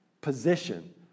position